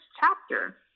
chapter